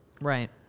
Right